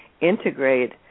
integrate